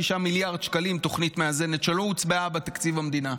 מיליארד שקלים תוכנית מאזנת שלא הוצבעה בתקציב המדינה?